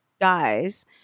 guys